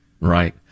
Right